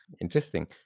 Interesting